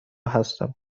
هستم